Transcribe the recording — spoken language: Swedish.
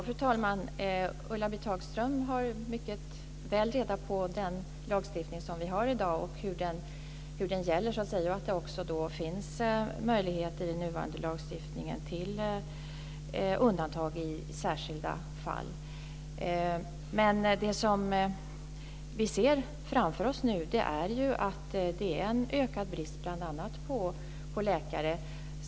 Fru talman! Ulla-Britt Hagström har mycket väl reda på den lagstiftning som vi har i dag och hur den gäller och att det också finns möjligheter i den nuvarande lagstiftningen till undantag i särskilda fall. Men det som vi ser framför oss nu är att det blir allt större brist bl.a. på läkare.